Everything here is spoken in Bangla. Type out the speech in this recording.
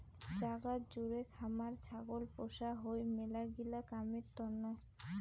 জাগাত জুড়ে খামার ছাগল পোষা হই মেলাগিলা কামের তন্ন